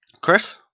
Chris